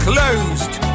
Closed